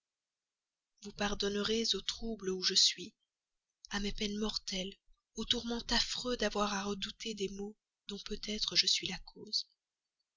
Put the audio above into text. vous pardonnerez au trouble où je suis à mes peines mortelles au tourment affreux d'avoir à redouter des maux dont peut-être je suis la cause